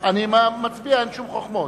אני מצביע, אין שום חוכמות.